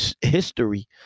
history